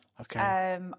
Okay